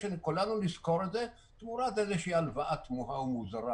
שכולנו נזכור את זה תמורת איזה הלוואה תמוהה ומוזרה